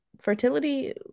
fertility